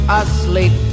asleep